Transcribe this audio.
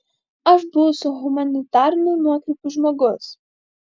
aš buvau su humanitariniu nuokrypiu žmogus